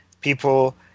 people